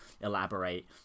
elaborate